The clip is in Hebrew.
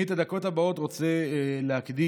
אני את הדקות הבאות רוצה להקדיש,